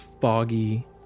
foggy